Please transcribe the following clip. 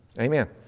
Amen